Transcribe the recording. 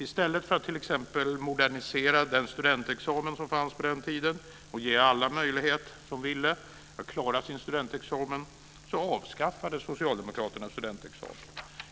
I stället för att t.ex. modernisera den studentexamen som fanns och ge alla som ville möjlighet att klara sin studentexamen, avskaffade Socialdemokraterna studentexamen.